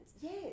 yes